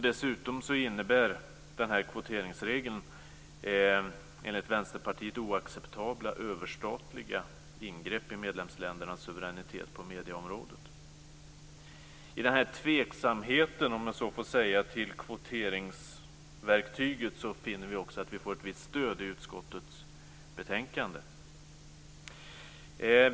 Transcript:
Dessutom innebär den här kvoteringsregeln, enligt Vänsterpartiet, oacceptabla överstatliga ingrepp i medlemsländernas suveränitet på medieområdet. I den här tveksamheten, om jag så får säga, till kvoteringsverktyget finner vi att vi får ett visst stöd i utskottets betänkande.